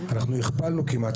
אנחנו כמעט הכפלנו.